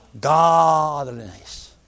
godliness